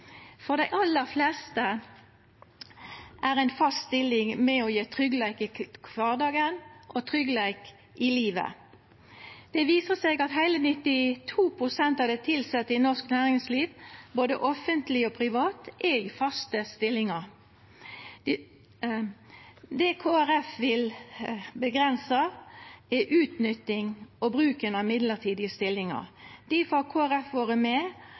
For dei aller fleste er ei fast stilling med på å gje tryggleik i kvardagen og tryggleik i livet. Det viser seg at heile 92 pst. av dei tilsette i norsk næringsliv, både offentleg og privat, er i faste stillingar. Det Kristeleg Folkeparti vil avgrensa, er utnytting og bruken av mellombelse stillingar. Difor har Kristeleg Folkeparti vore med